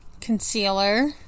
concealer